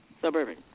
suburban